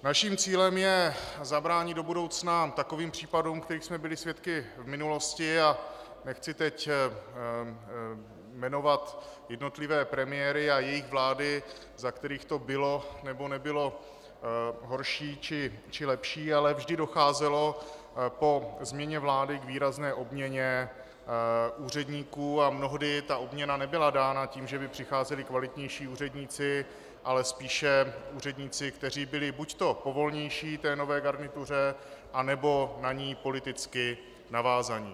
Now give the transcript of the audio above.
Naším cílem je zabránit do budoucna takovým případům, kterých jsme byli svědky v minulosti, a nechci teď jmenovat jednotlivé premiéry a jejich vlády, za kterých to bylo nebo nebylo horší či lepší, ale vždy docházelo po změně vlády k výrazné obměně úředníků a mnohdy obměna nebyla dána tím, že by přicházeli kvalitnější úředníci, ale spíše úředníci, kteří byli buďto povolnější nové garnituře, anebo na ni politicky navázaní.